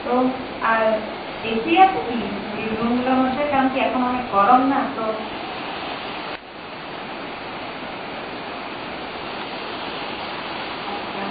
তো আর এসি আছে কি ওই রুমগুলার মধ্যে কারণ কি এখন অনেক গরম না তো আচ্ছা